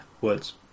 words